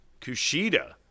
Kushida